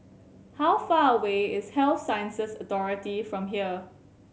how far away is Health Sciences Authority from here